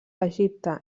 egipte